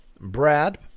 Brad